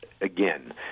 again